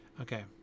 Okay